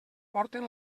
porten